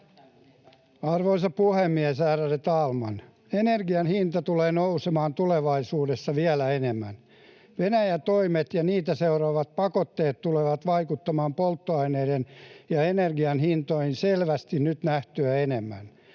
Arvoisa puhemies! Ärade talman! Energian hinta tulee nousemaan tulevaisuudessa vielä enemmän. Venäjän toimet ja niitä seuraavat pakotteet tulevat vaikuttamaan polttoaineiden ja energian hintoihin selvästi nyt nähtyä enemmän,